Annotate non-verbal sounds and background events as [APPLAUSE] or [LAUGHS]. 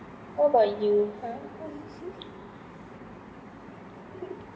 how about you !huh! how about you [LAUGHS]